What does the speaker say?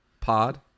Pod